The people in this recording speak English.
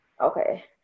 Okay